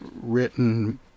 written